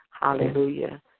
hallelujah